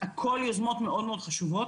הכל יוזמות מאוד חשובות,